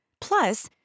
Plus